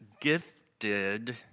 gifted